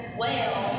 whale